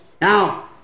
Now